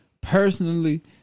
personally